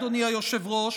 אדוני היושב-ראש,